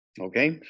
Okay